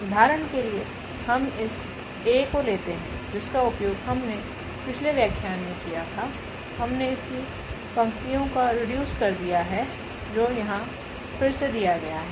उदाहरण के लिए हम इस𝐴 को लेते हैं जिसका उपयोग हमने पिछले व्याख्यानों में किया था हमने इसकी पंक्तियों का रीड्यूस कर दिया है जो यहाँ फिर से दिया गया है